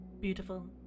Beautiful